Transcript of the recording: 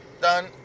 done